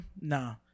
nah